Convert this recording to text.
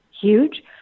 huge